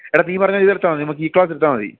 എടാ നീ പറഞ്ഞ ഇതെടുത്താൽ മതി നമുക്ക് ഇ ക്ലാസ് എടുത്താൽ മതി